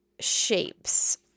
shapes